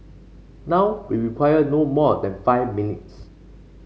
now we require no more than five minutes